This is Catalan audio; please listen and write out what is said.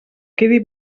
quedi